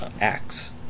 acts